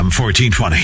1420